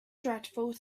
dreadful